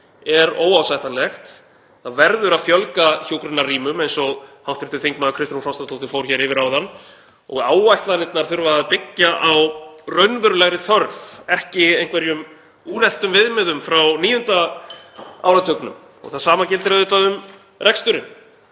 er óásættanlegt. Það verður að fjölga hjúkrunarrýmum, eins og hv. þm. Kristrún Frostadóttir fór hér yfir áðan, og áætlanirnar þurfa að byggjast á raunverulegri þörf, ekki einhverjum úreltum viðmiðum frá níunda áratugnum. Það sama gildir auðvitað um reksturinn.